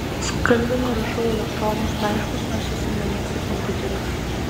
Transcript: skambinu rašau elektroninius laiškus nors jis ir nemėgsta kompiuterių